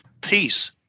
Peace